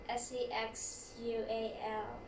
sexual